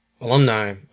alumni